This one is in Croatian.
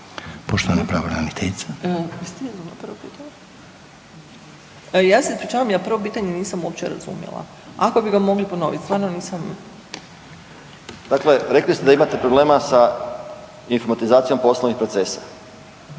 Poštovana pravobraniteljica. **Slonjšak, Anka** Ja se ispričavam, ja prvo pitanje nisam uopće razumjela, ako bi ga mogli ponoviti, stvarno nisam. **Pavić, Željko (SDP)** Dakle, rekli ste da imate problema sa informatizacijom poslovnih procesa,